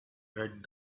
let